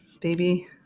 Baby